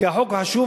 כי החוק חשוב,